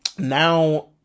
Now